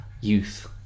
youth